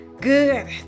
good